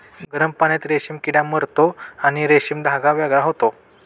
गरम पाण्यात रेशीम किडा मरतो आणि रेशीम धागा वेगळा होतो